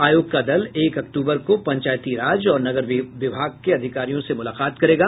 आयोग का दल एक अक्टूबर को पंचायती राज और नगर विभाग के अधिकारियों से मुलाकात करेगा